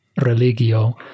religio